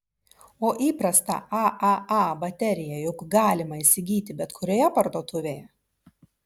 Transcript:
o įprastą aaa bateriją juk galima įsigyti bet kurioje parduotuvėje